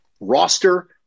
roster